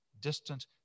distant